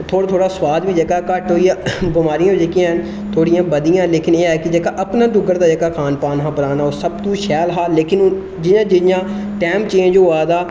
थोह्ड़ा थोह्ड़ा सुआद बी जेहका घट्ट होई गेआ बमारी बी जेह्ड़ी ना थोह्ड़ियां बधी गेइयां लेकिन ह् है कि जेह्का अपना डोगरें दा जेह्का खान पान हा पराना ओह् सब तूं शैल हा लेकिन हून जि'यां जि'यां टैम चेंज होआ दा